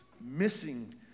missing